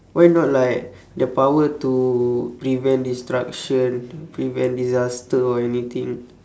why not like the power to prevent destruction prevent disaster or anything